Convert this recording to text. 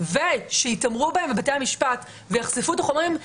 ושיתעמרו בהם בבתי המשפט ושיחשפו את החומרים,